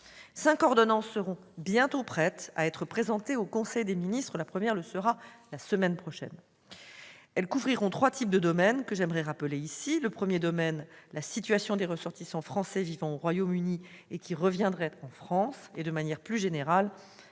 cinq ordonnances seront bientôt prêtes à être présentées au conseil des ministres- la première d'entre elles sera examinée dès la semaine prochaine. Elles couvriront trois domaines, que je tiens à rappeler. Le premier est la situation des ressortissants français qui vivent au Royaume-Uni et qui reviendraient en France et, de manière plus générale,